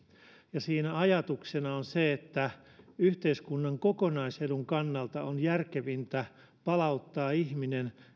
ja siinä ajatuksena on se että yhteiskunnan kokonaisedun kannalta on järkevintä palauttaa ihminen